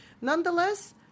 Nonetheless